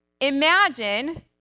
Imagine